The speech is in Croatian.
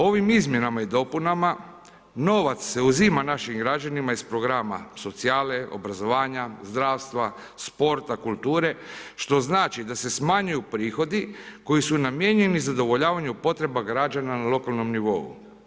Ovim izmjenama i dopunama novac se uzima našim građanima iz programa socijale, obrazovanja, zdravstva, sporta, kulture što znači da se smanjuju prihodi koji su namijenjeni zadovoljavanju potreba građana na lokalnom nivou.